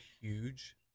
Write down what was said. huge